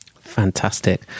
Fantastic